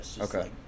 Okay